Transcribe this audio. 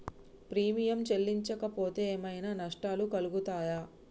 Premium చెల్లించకపోతే ఏమైనా నష్టాలు కలుగుతయా?